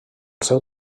seu